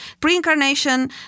pre-incarnation